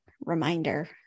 reminder